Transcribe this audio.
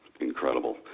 incredible